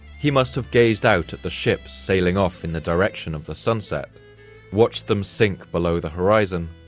he must have gazed out at the ships sailing off in the direction of the sunset watched them sink below the horizon,